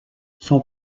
son